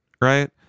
right